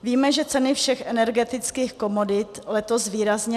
Víme, že ceny všech energetických komodit letos výrazně vzrostly.